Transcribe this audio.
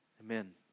Amen